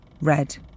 red